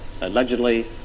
allegedly